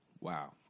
Wow